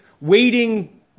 Waiting